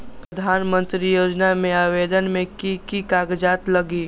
प्रधानमंत्री योजना में आवेदन मे की की कागज़ात लगी?